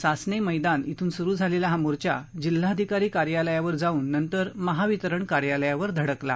सासने मैदान ध्विून सुरु झालेला हा मोर्चा जिल्हाधिकारी कार्यालयावर जाऊन नंतर महावितरण कार्यालयावर धडकला